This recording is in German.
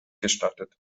gestattet